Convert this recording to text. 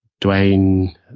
Dwayne